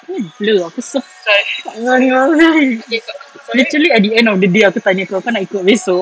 very blur aku sepak actually at the end of the day aku tanya kau kau nak ikut besok